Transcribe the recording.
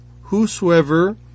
whosoever